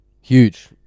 huge